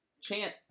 chant